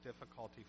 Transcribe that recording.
difficulty